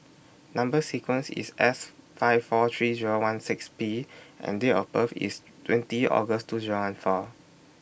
Number sequence IS S five four three Zero one seven six P and Date of birth IS twenty August two Zero one four